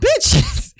bitches